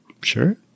Sure